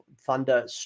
thunder